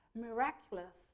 miraculous